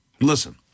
Listen